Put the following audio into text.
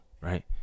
right